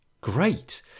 great